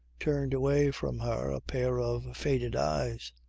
turned away from her a pair of faded eyes.